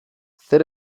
zer